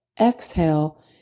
exhale